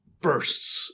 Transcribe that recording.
bursts